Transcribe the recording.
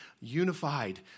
unified